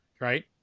right